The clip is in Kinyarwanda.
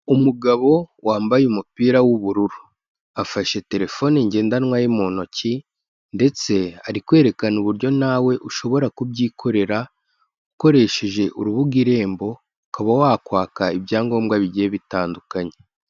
Umugabo wambaye umupira w'ubururu, afashe telefone ngendanwa mu ntoki, ndetse ari kwerekana uburyo nawe ushobora kubyikorera, ukoresheje urubuga irembo, ukaba wakwaka ibyangombwa bigiye bitandukanye.